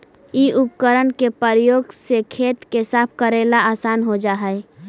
इ उपकरण के प्रयोग से खेत के साफ कऽरेला असान हो जा हई